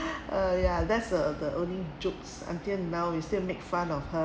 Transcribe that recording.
uh ya there's a the only jokes until now we still make fun of her